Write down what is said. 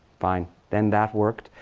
fine. then, that worked.